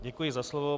Děkuji za slovo.